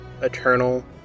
eternal